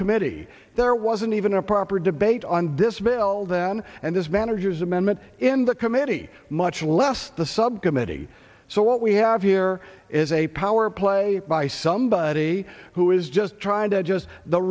committee there wasn't even a proper debate on this bill then and this manager's amendment in the committee much less the subcommittee so what we have here is a power play by somebody who is just trying to adjust the